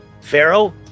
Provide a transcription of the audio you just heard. Pharaoh